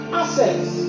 assets